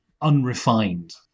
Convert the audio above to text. unrefined